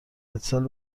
اتصال